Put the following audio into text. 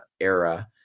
era